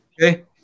okay